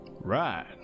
Right